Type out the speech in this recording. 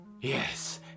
Yes